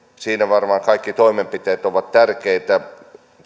varmaan kaikki toimenpiteet ovat tärkeitä